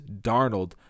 Darnold